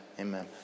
Amen